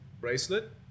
bracelet